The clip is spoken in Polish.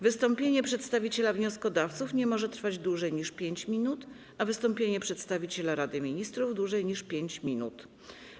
Wystąpienie przedstawiciela wnioskodawców nie może trwać dłużej niż 5 minut, a wystąpienie przedstawiciela Rady Ministrów - dłużej niż 5 minut.